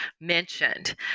mentioned